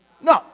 No